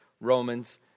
Romans